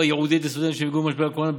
ייעודית לסטודנטים שנפגעו ממשבר הקורונה,